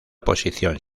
posición